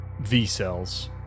V-Cell's